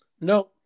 No